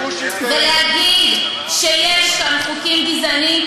ולהגיד שיש כאן חוקים גזעניים,